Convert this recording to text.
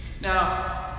Now